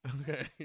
Okay